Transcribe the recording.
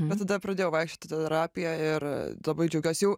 bet tada pradėjau vaikščioti į terapiją ir labai džiaugiuosi jau